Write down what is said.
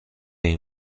این